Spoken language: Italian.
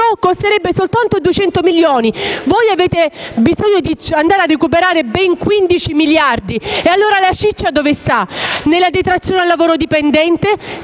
costerebbe soltanto 200 milioni, ma voi avete bisogno di recuperare ben 15 miliardi. Allora, la ciccia dove sta? Nella detrazione al lavoro dipendente,